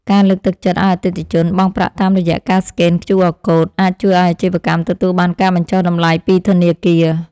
ការលើកទឹកចិត្តឱ្យអតិថិជនបង់ប្រាក់តាមរយៈការស្កែនឃ្យូអរកូដអាចជួយឱ្យអាជីវកម្មទទួលបានការបញ្ចុះតម្លៃពីធនាគារ។